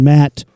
Matt